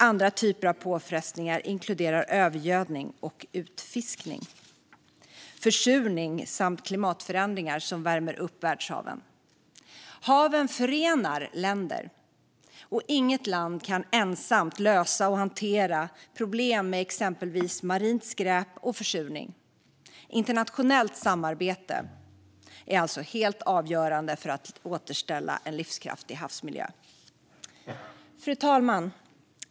Andra typer av påfrestningar inkluderar övergödning, utfiskning, försurning och klimatförändringar som värmer upp världshaven. Haven förenar länder, och inget land kan ensamt lösa och hantera problem med exempelvis marint skräp och försurning. Internationellt samarbete är alltså helt avgörande för att återställa en livskraftig havsmiljö. Fru talman!